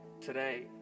today